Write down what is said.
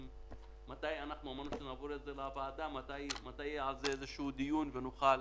מתי יהיה על זה איזה שהוא דיון ונוכל